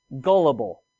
gullible